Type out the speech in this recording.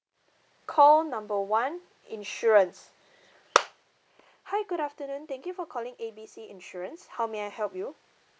call number one insurance hi good afternoon thank you for calling A B C insurance how may I help you